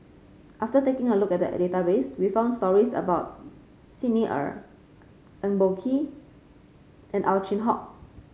after taking a look at the a database we found stories about Xi Ni Er Eng Boh Kee and Ow Chin Hock